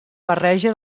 barreja